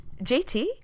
JT